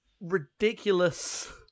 ridiculous